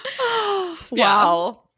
Wow